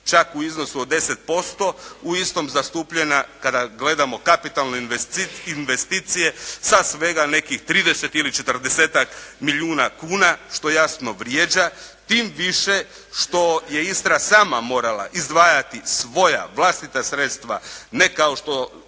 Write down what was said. čak u iznosu od 10% u istom zastupljena kada gledamo kapitalne investicije sa svega nekih 30 ili 40-tak milijuna kuna što jasno vrijeđa tim više što je Istra sama morala izdvajati svoja vlastita sredstva, ne kao što